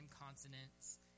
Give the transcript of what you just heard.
consonants